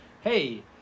Hey